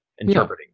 interpreting